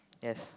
yes